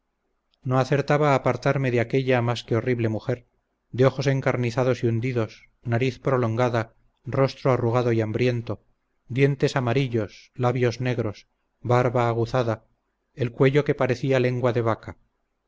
no acertaba a apartarme de aquella más que horrible mujer de ojos encarnizados y hundidos nariz prolongada rostro arrugado y hambriento dientes amarillos labios negros barba aguzada el cuello que parecía lengua de vaca